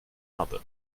habe